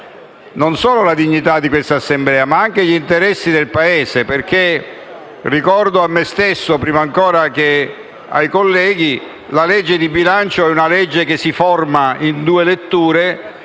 non solo la dignità di questa Assemblea, ma anche gli interessi del Paese. Ricordo a me stesso prima ancora che ai colleghi che la legge di bilancio si forma in due letture